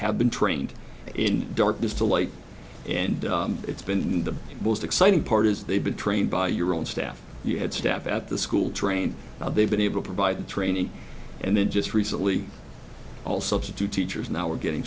have been trained in darkness to light and it's been the most exciting part is they've been trained by your own staff you had staff at the school trained they've been able provide training and then just recently all substitute teachers now are getting